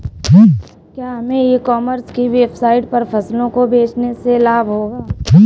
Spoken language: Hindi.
क्या हमें ई कॉमर्स की वेबसाइट पर फसलों को बेचने से लाभ होगा?